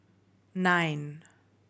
nine